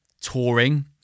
touring